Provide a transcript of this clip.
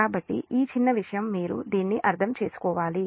కాబట్టి ఈ చిన్న విషయం మీరు దీన్ని అర్థం చేసుకోవాలి